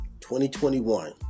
2021